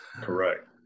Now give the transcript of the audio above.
Correct